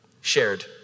shared